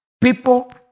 people